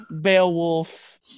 Beowulf